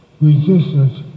resistance